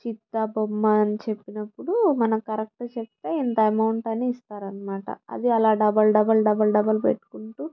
చిత్త బొమ్మ అని చెప్పినప్పుడు మనం కరెక్ట్ చెప్తే ఇంత అమౌంట్ అని ఇస్తారు అన్నమాట అది అలా డబల్ డబల్ డబల్ డబల్ పెట్టుకుంటు